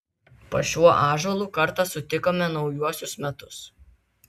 po šiuo ąžuolu kartą sutikome naujuosius metus